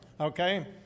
okay